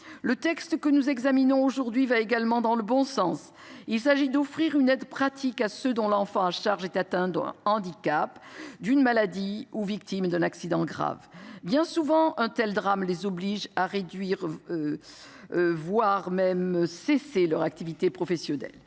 Le texte que nous examinons aujourd’hui va également dans le bon sens. Il offre une aide pratique à ceux dont l’enfant à charge est atteint d’un handicap, d’une maladie, ou victime d’un accident grave. Bien souvent, un tel drame les oblige à réduire, voire à cesser leur activité professionnelle.